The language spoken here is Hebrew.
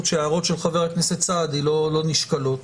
מה שהנאמן נדרש לעשות זה להכריע בתביעות החוב.